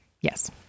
yes